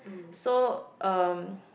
so um